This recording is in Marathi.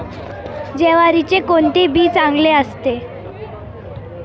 ज्वारीचे कोणते बी चांगले असते?